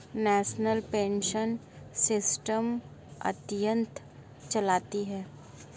national pension system अत्यंत लचीला है